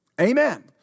Amen